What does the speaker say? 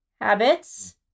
habits